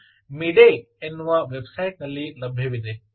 ಇದು ಮಿಡೇ ಎನ್ನುವ ವೆಬ್ಸೈಟ್ ನಲ್ಲಿ ಲಭ್ಯವಿದೆ